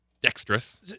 dexterous